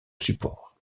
support